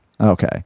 Okay